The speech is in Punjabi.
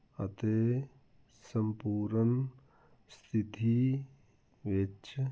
ਅਤੇ ਸੰਪੂਰਨ ਸਥਿਤੀ ਵਿੱਚ